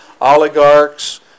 oligarchs